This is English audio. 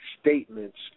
statements